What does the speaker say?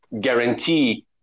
guarantee